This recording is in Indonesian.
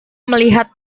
melihat